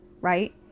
right